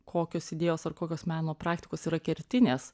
kokios idėjos ar kokios meno praktikos yra kertinės